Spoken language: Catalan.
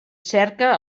cerca